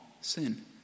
sin